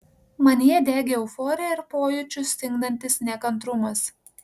manyje degė euforija ir pojūčius stingdantis nekantrumas